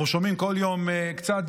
אנחנו שומעים כל יום קצת,